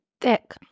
thick